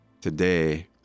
today